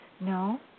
No